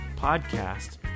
podcast